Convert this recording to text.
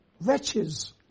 Wretches